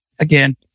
Again